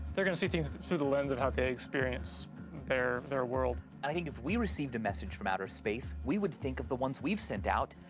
they're going to see things through the lens of how they experience their world. and i think if we received a message from outer space, we would think of the ones we've sent out,